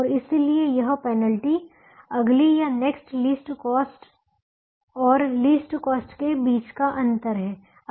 और इसलिए यह पेनल्टी अगली या नेक्स्ट लीस्ट कॉस्ट और लीस्ट कॉस्ट के बीच का अंतर है